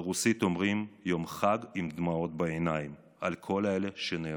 ברוסית אומרים: יום חג עם דמעות בעיניים על כל אלה שנהרגו.